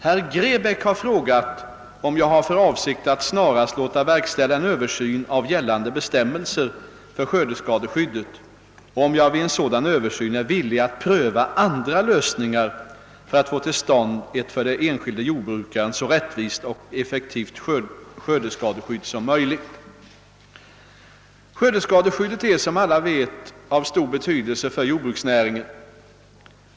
Herr Grebäck har frågat, om jag har för avsikt att snarast låta verkställa en översyn av gällande bestämmelser för skördeskadeskyddet och om jag vid en sådan översyn är villig att pröva andra lösningar för att få till stånd ett för den enskilde jordbrukaren så rättvist och effektivt skördeskadeskydd som möjligt. Skördeskadeskyddet är som alla vet av stor betydelse för jordbruksnäringen.